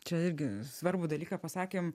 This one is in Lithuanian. čia irgi svarbų dalyką pasakėm